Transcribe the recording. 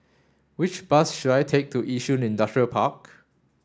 which bus should I take to Yishun Industrial Park